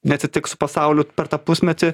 neatsitiks su pasauliu per tą pusmetį